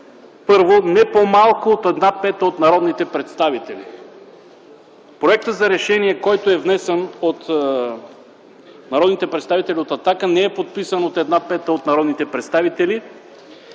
първо, не по-малко от една пета от народните представители. Проектът за решение, който е внесен от народните представители от „Атака”, не е подписан от една пета от народните представители,